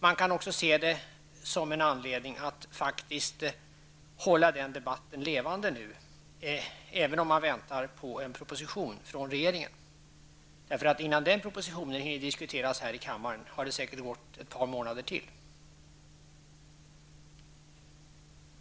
Man kan också se det som en anledning att nu hålla den debatten levande, även om vi väntar på en proposition från regeringen. Innan den propositionen hinner diskuteras här i kammaren har det säkert gått ett par månader till.